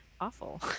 awful